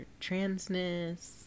transness